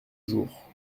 jour